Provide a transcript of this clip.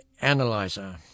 Analyzer